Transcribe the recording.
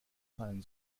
fallen